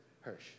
Hirsch